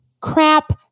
crap